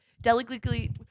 delicately